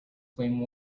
flame